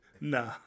Nah